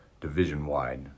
division-wide